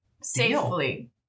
safely